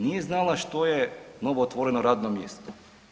Nije znala što je novootvoreno radno mjesto.